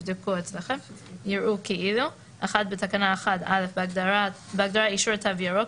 "יראו כאילו - בתקנה 1- בהגדרה "אישור "תו ירוק"",